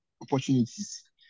opportunities